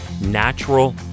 natural